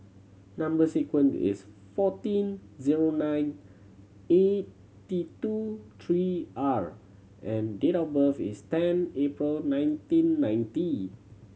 number sequence is fourteen zero nine eighty two three R and date of birth is ten April nineteen ninety